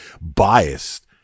biased